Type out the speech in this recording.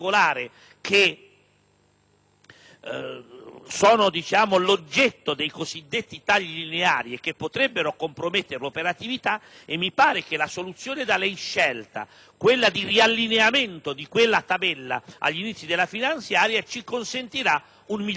sono l'oggetto dei cosiddetti tagli lineari e che potrebbero compromettere l'operatività. Mi pare che la soluzione da lei scelta, il riallineamento di quella tabella all'inizio dell'esame della legge finanziaria, ci consentirà un miglior lavoro. È chiaro che,